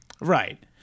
Right